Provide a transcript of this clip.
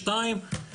שניים,